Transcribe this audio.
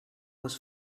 was